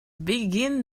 begin